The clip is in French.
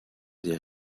des